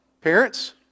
Parents